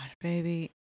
baby